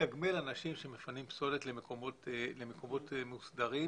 לתגמל אנשים שמפנים פסולת למקומות מוסדרים